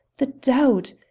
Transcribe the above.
the doubt!